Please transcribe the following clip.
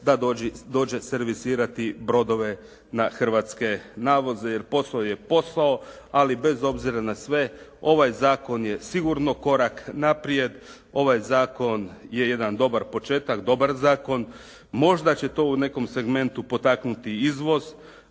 da dođe servisirati brodove na hrvatske navoze, jer posao je posao, ali bez obzira na sve ovaj zakon je sigurno korak naprijed. Ovaj zakon je jedan dobar početak, dobar zakon. Možda će to u nekom segmentu potaknuti izvoz,